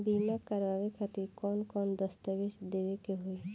बीमा करवाए खातिर कौन कौन दस्तावेज़ देवे के होई?